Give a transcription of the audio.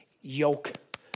yoke